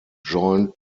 joined